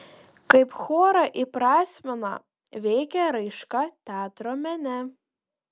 kaip chorą įprasmina veikia raiška teatro mene